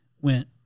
went